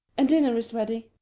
and dinner is ready.